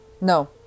No